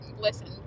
listen